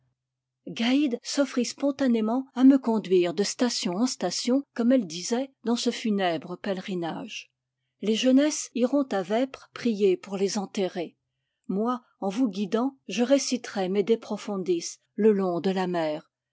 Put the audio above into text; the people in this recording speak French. gaïd s'offrit spontanément à me conduire de station en station comme elle disait dans ce funèbre pèlerinage les jeunesses iront à vêpres prier pour les enterrés moi en vous guidant je réciterai mes de profundis le long de la mer